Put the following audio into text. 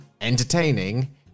entertaining